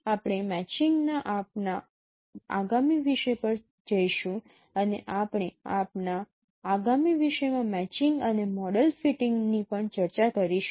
આપણે મેચિંગના આપના આગામી વિષય પર જઈશું અને આપણે આપના આગામી વિષય માં મેચિંગ અને મોડેલ ફિટિંગની પણ ચર્ચા કરીશું